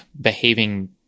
behaving